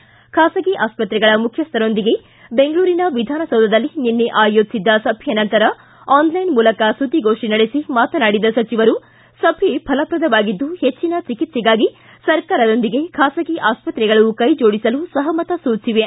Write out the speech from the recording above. ಬಾಸಗಿ ಆಸ್ಪತ್ರೆಗಳ ಮುಖ್ಯಸ್ಥರೊಂದಿಗೆ ಬೆಂಗಳೂರಿನ ವಿಧಾನಸೌಧದಲ್ಲಿ ನಿನ್ನೆ ಆಯೋಜಿಸಿದ್ದ ಸಭೆಯ ನಂತರ ಆನ್ಲೈನ್ ಮೂಲಕ ಸುದ್ದಿಗೋಷ್ಠಿ ನಡೆಸಿ ಮಾತನಾಡಿದ ಸಚಿವರು ಸಭೆ ಫಲಪ್ರದವಾಗಿದ್ದು ಹೆಚ್ಚಿನ ಚಿಕೆತ್ಸೆಗಾಗಿ ಸರ್ಕಾರದೊಂದಿಗೆ ಬಾಸಗಿ ಆಸ್ತತ್ರೆಗಳು ಕೈಜೋಡಿಸಲು ಸೂಚಿಸಿವೆ